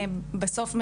בסוף,